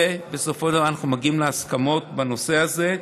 ובסופו של דבר אנחנו מגיעים להסכמות בנושא הזה.